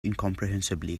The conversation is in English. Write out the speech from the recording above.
incomprehensibly